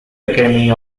academy